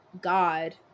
God